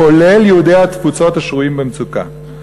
כולל יהודי התפוצות השרויים במצוקה.